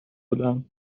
بدم